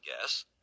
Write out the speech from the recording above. guess